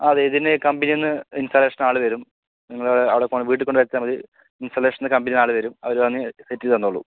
അതെ ഇതിന് കമ്പനീന്ന് ഇൻസ്റ്റാളേഷന് ആള് വരും നിങ്ങള് അവിടെ കൊണ്ട് വീട്ടിൽ കൊണ്ട് വെച്ചാൽ മതി ഇൻസ്റ്റാലേഷന് കമ്പനീന്ന് ആള് വരും അവര് വന്ന് സെറ്റ് ചെയ്ത് തന്നോളും